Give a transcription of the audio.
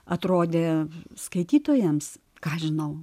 atrodė skaitytojams ką žinau